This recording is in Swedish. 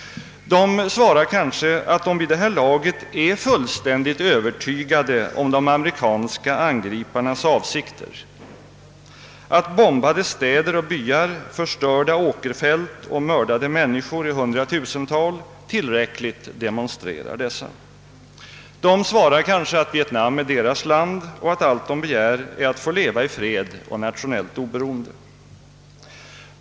De svarar kanske att de i nuvarande läge är fullständigt övertygade om de amerikanska angriparnas avsikter och att bombade städer och byar, förstörda åkerfält och mördade människor i hundratusental tillräckligt demonstrerar detta. De svarar kanske att Vietnam är deras land och att allt de begär är att få leva i fred och i nationellt oberoende.